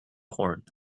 horn